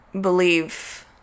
believe